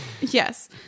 yes